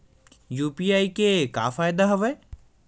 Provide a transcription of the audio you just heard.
UPI के का फ़ायदा हवय?